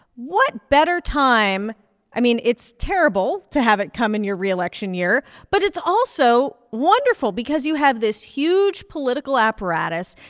what better time i mean, it's terrible to have it come in your re-election year, but it's also wonderful because you have this huge political apparatus,